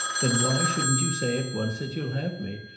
then why shouldn't you say at once that you'll have me,